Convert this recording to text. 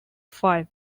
five